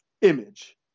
image